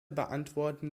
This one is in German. beantworten